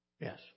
Yes